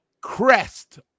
Crest